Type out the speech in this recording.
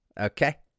okay